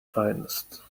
finest